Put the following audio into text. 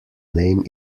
name